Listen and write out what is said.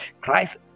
Christ